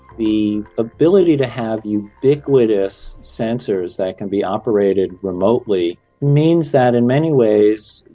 the ability to have ubiquitous sensors that can be operated remotely means that in many ways,